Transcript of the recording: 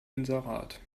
inserat